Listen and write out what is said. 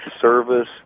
service